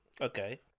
Okay